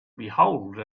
behold